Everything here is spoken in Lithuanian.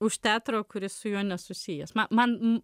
už teatro kuris su juo nesusijęs man man